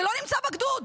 שלא נמצא בגדוד,